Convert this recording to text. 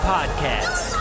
Podcast